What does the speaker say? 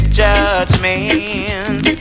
judgment